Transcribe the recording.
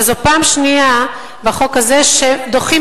וזו פעם שנייה בחוק הזה שדוחים,